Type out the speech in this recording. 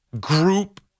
group